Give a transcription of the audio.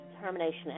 determination